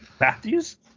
Matthews